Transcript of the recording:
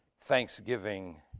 thanksgiving